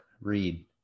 read